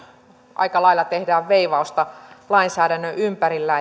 aika lailla tehdään veivausta lainsäädännön ympärillä